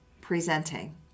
presenting